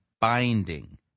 binding